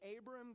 Abram